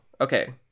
Okay